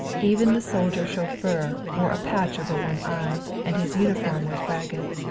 even the soldier-chauffeur wore a patch over one eye, and his uniform was ragged.